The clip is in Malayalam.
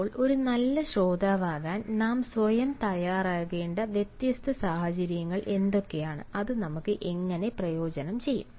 ഇപ്പോൾ ഒരു നല്ല ശ്രോതാവാകാൻ നാം സ്വയം തയ്യാറാകേണ്ട വ്യത്യസ്ത സാഹചര്യങ്ങൾ എന്തൊക്കെയാണ് അത് നമുക്ക് എങ്ങനെ പ്രയോജനം ചെയ്യും